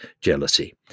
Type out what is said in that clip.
jealousy